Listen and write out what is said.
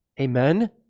Amen